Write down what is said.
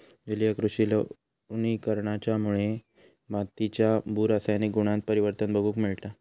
जलीय कृषि लवणीकरणाच्यामुळे मातीच्या भू रासायनिक गुणांत परिवर्तन बघूक मिळता